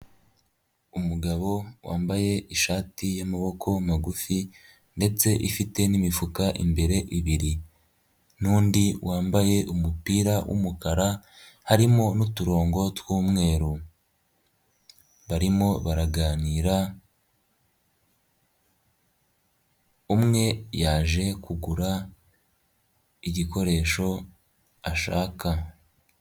Umugabo wambaye ishati y'amaboko magufi, ndetse ifite n'imifuka imbere ibiri n'undi wambaye umupira w'umukara harimo n'uturongo tw'umweru barimo baraganira umwe yaje kugura igikoresho ashaka.